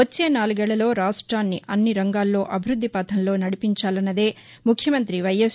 వచ్చే నాలుగేళ్లలో రాష్ట్రాన్ని అన్ని రంగాల్లో అభివృద్ది పథంలో నడిపించాలన్నదే ముఖ్యమంతి వైఎస్